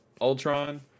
Ultron